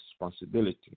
responsibility